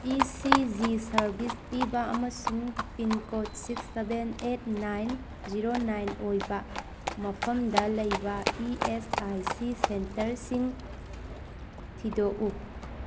E C G service ꯄꯤꯕ ꯑꯃꯁꯨꯡ pin code six seven eight nine zero nine ꯑꯣꯏꯕ ꯃꯐꯝꯗ ꯂꯩꯕ ꯏ ꯑꯦꯁ ꯑꯥꯏ ꯁꯤ ꯁꯦꯟꯇꯔꯁꯤꯡ ꯊꯤꯗꯣꯛꯎ